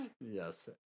Yes